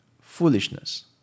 foolishness